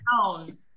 town